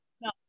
no